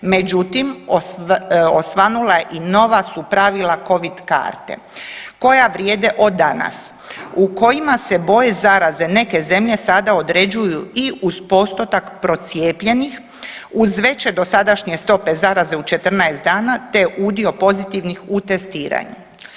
Međutim osvanula je i nova su pravila Covid karte koja vrijede od danas u kojima se boje zaraze neke zemlje sada određuju i uz postotak procijepljenih uz veće dosadašnje stope zaraze u 14 dana te udio pozitivnih u testiranju.